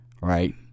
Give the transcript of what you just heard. right